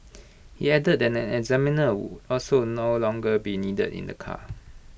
he added that an examiner would also no longer be needed in the car